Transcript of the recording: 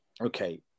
okay